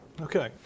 Okay